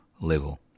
level